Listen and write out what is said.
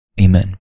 Amen